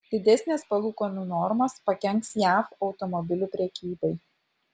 didesnės palūkanų normos pakenks jav automobilių prekybai